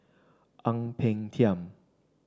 Ang Peng Tiam